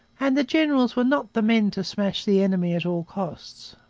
and the generals were not the men to smash the enemy at all costs.